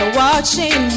watching